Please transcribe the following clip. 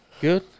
Good